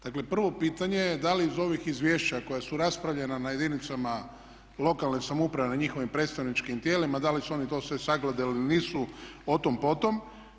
Dakle prvo pitanje je da li iz ovih izvješća koja su raspravljena na jedinicama lokalne samouprave na njihovim predstavničkim tijelima da li su oni to sve sagledali ili nisu o tom potom.